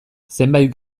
zenbait